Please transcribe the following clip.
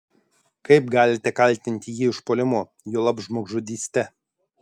kaip galite kaltinti jį užpuolimu juolab žmogžudyste